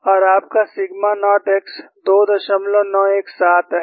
और आपका sigma naught x 2917 है